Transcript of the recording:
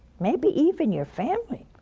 maybe even your family.